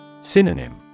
Synonym